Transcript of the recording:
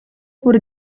pur